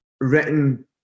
written